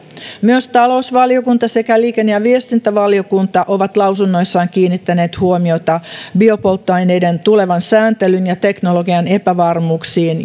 myös talousvaliokunta sekä liikenne ja viestintävaliokunta ovat lausunnoissaan kiinnittäneet huomiota biopolttoaineiden tulevan sääntelyn ja teknologian epävarmuuksiin